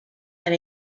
had